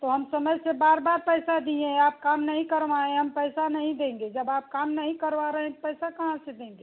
तो हम समय से बार बार पैसा दिए हैं आप काम नहीं करवाएँ हैं हम पैसा नहीं देंगे जब आप काम नहीं करवा रहे हैं तो पैसा कहाँ से देंगे